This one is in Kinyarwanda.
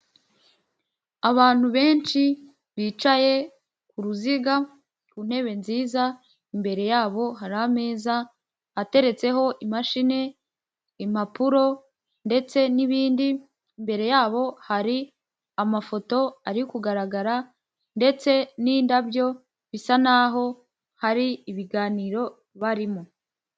Abantu benshi bicaye ku ruziga ku ntebe nziza, imbere yabo hari ameza ateretseho imashini, impapuro ndetse n'ibindi, imbere yabo hari amafoto ari kugaragara ndetse n'indabyo bisa n'aho aho hari ibiganiro barimo.